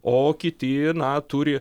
o kiti na turi